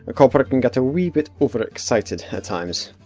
ah copper can get a wee bit over-excited at times.